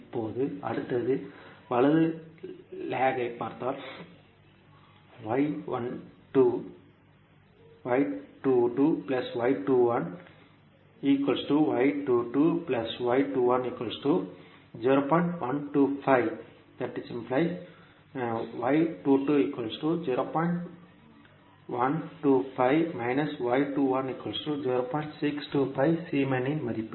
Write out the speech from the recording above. இப்போது அடுத்தது வலது இடது பார்த்தால் y22 y21 இன் மதிப்பு